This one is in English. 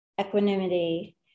equanimity